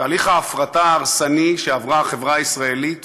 תהליך ההפרטה ההרסני שעברה החברה הישראלית,